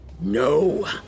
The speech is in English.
No